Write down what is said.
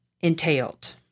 entailed